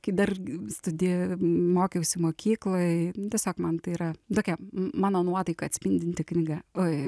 kai dar studi mokiausi mokykloj tiesiog man tai yra tokia m mano nuotaiką atspindinti knyga oi